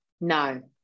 No